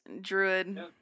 druid